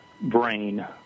brain